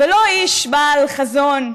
לא איש בעל חזון,